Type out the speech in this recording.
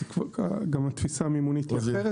אז גם התפיסה המימונית אחרת,